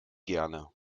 gerne